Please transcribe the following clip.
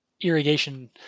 irrigation